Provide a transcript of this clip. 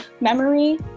memory